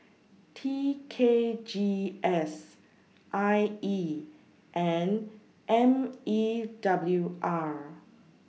T K G S I E and M E W R